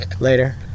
Later